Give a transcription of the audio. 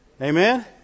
Amen